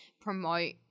promote